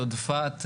יודפת,